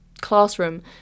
classroom